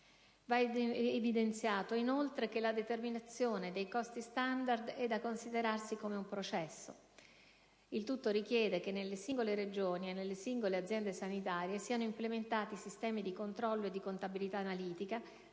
Va evidenziato, inoltre, che la determinazione dei costi standard è da considerarsi come un processo. Il tutto richiede che, nelle singole Regioni e nelle singole aziende sanitarie siano implementati sistemi di controllo e di contabilità analitica,